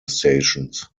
stations